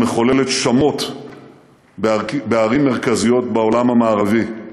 היא מחוללת שמות בערים מרכזיות בעולם המערבי: